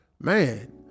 Man